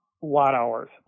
watt-hours